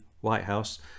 Whitehouse